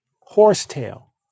Horsetail